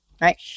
Right